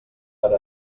per